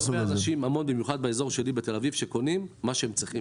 היום יש הרבה אנשים באזור שלי שקונים מה שהם צריכים